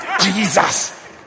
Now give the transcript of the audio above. Jesus